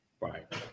Right